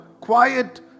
quiet